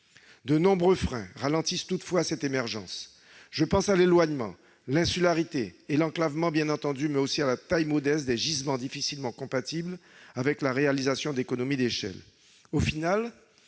de nombreux freins ralentissent cette émergence : l'éloignement, l'insularité et l'enclavement, bien entendu, mais aussi la taille modeste des gisements, difficilement compatible avec la réalisation d'économies d'échelle.